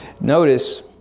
Notice